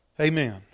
amen